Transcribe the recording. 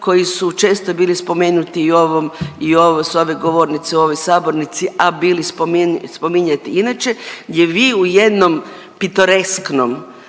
koji su često bili spomenuti s ove govornice u ovoj sabornici, a bili spominjati inače gdje vi u jednom pitoresknom